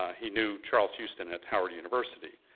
he knew charles houston at howard university.